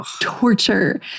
torture